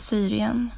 Syrien